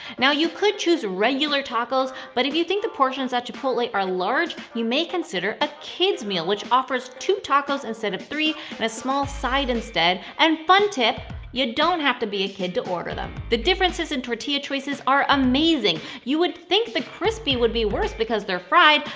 now, you could choose regular tacos, but, if you think the portions at chipotle are large, you may consider a kids meal, which offers two tacos instead of three and a small side instead. and, fun tip you don't have to be a kid to order them! the differences in tortilla choices are amazing. you would think the crispy would be worse because they're fried,